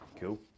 Cool